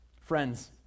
Friends